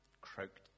croaked